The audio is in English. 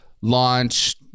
launch